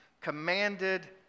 commanded